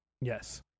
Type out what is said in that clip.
yes